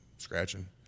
scratching